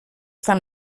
fan